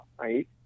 right